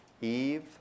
Eve